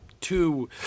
two